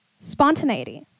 spontaneity